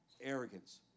Arrogance